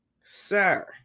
sir